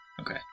Okay